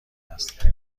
است